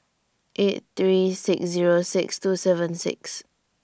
eight three six Zero six two seven six